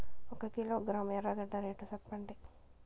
ఒక కిలోగ్రాము ఎర్రగడ్డ రేటు సెప్పండి?